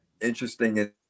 interesting